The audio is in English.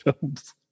films